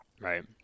Right